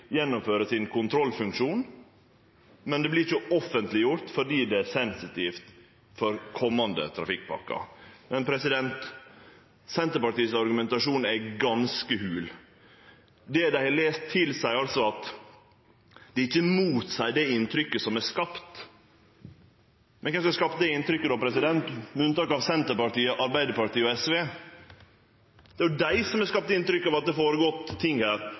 gjennomføre sin kontrollfunksjon, men det vert ikkje offentleggjort, fordi det er sensitivt for komande trafikkpakker. Men argumentasjonen til Senterpartiet er ganske hol. Det dei har lese, motseier altså ikkje det inntrykket som er skapt. Men kven er det som har skapt det inntrykket då, andre enn Senterpartiet, Arbeiderpartiet og SV? Det er jo dei som har skapt det inntrykket at det har føregått ting her,